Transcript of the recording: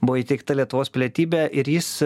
buvo įteikta lietuvos pilietybė ir jis